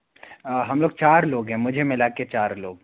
हम लोग चार लोग हैं मुझे मिला के चार लोग